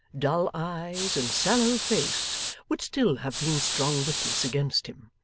dull eyes, and sallow face would still have been strong witnesses against him.